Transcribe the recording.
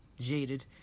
jaded